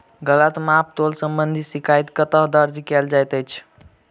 गलत माप तोल संबंधी शिकायत कतह दर्ज कैल जाइत अछि?